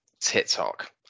TikTok